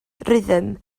rhythm